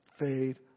fade